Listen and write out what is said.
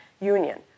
union